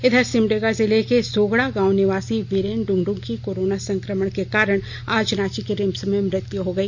इघर सिमडेगा जिले के सोगड़ा गांव निवासी वीरेन इंगड़ंग की कोरोना संक्रमण के कारण आज रांची के रिम्स में मृत्यु हो गई